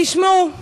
תשמעו,